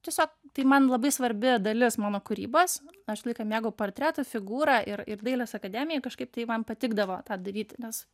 tiesiog tai man labai svarbi dalis mano kūrybos aš laiką mėgau portretų figūrą ir ir dailės akademijoj kažkaip tai man patikdavo tą daryti nes